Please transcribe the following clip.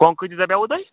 کۄنٛگ کۭتِس دَپیووُ تۄہہِ